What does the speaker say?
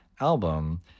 album